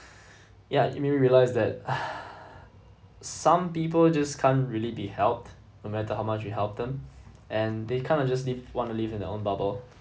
ya it made me realised that some people just can't really be helped no matter how much we help them and they kind of just live wanna live in their own bubble